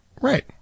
Right